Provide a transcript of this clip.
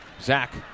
Zach